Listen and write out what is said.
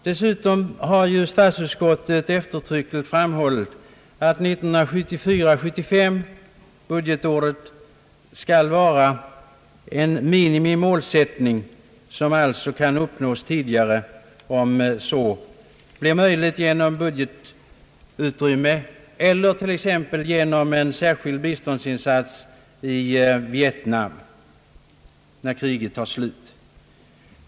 Dessutom har statsutskottet eftertryckligt framhållit att budgetåret 1974/75 förutsätts vara en minimimålsättning, som alltså kan uppnås tidigare om budgetutrymmet gör detta möjligt eller t.ex. genom en särskild biståndsinsats i Vietnam när kriget är slut.